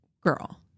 girl